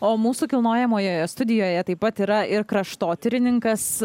o mūsų kilnojamoje studijoje taip pat yra ir kraštotyrininkas